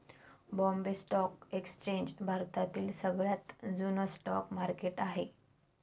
Bombay stock exchange भारतातील सगळ्यात जुन स्टॉक मार्केट आहे